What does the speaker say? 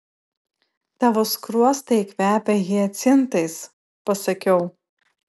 tavo skruostai kvepia hiacintais pasakiau